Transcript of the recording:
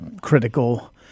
critical